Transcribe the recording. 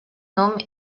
nom